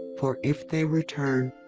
for if they return,